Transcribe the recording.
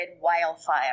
wildfire